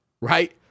Right